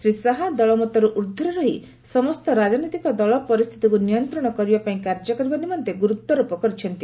ଶ୍ରୀ ଶାହା ଦଳମତରୁ ଉର୍ଦ୍ଧ୍ୱରେ ରହି ସମସ୍ତ ରାଜନୈତିକ ଦଳ ପରିସ୍ଥିତିକୁ ନିୟନ୍ତ୍ରଣ କରିବା ପାଇଁ କାର୍ଯ୍ୟ କରିବା ନିମନ୍ତେ ଗୁରୁତ୍ୱାରୋପ କରିଛନ୍ତି